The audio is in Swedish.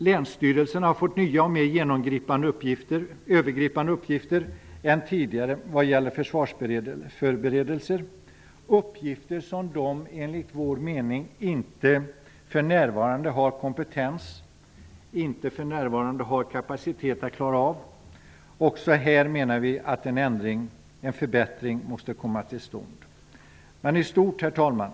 Länsstyrelserna har fått nya och mer övergripande uppgifter vad gäller försvarsförberedelserna. Det är uppgifter som de enligt vår mening för närvarande inte har kompetens och kapacitet att klara av. Också på det området menar vi att en ändring, en förbättring, måste komma till stånd. Herr talman!